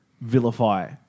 vilify